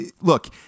Look